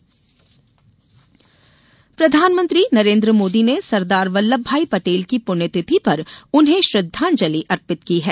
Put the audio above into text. पटेल पुण्यतिथि प्रधानमंत्री नरेन्द्र मोदी ने सरदार वल्लभ भाई पटेल की पुण्यतिथि पर उन्हें श्रद्धांजलि अर्पित की है